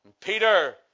Peter